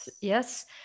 Yes